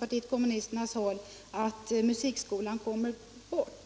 vpk rädda för att musikskolan kommer bort.